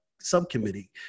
subcommittee